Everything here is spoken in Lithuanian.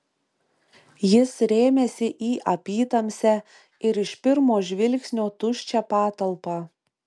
jis rėmėsi į apytamsę ir iš pirmo žvilgsnio tuščią patalpą